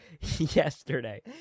Yesterday